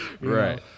Right